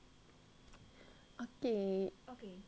okay